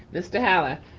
mr. holler,